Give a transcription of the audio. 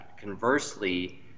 Conversely